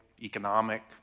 economic